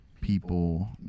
people